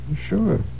Sure